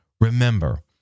Remember